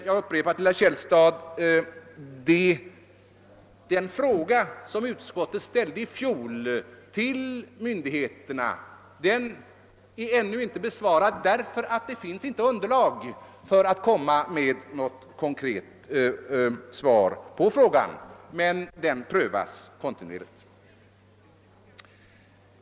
Jag upprepar för herr Källstad att den fråga, som utskottet i fjol ställde till myndigheterna, ännu inte är besvarad, eftersom det inte finns underlag för att ge något konkret svar på den. Men den prövas kontinuerligt.